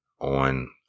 on